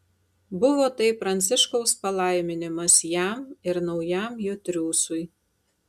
buvo tai pranciškaus palaiminimas jam ir naujam jo triūsui